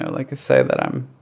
to like say that i'm,